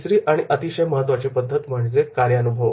तिसरी आणि अतिशय महत्त्वाची पद्धत म्हणजे कार्यानुभव